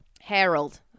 Harold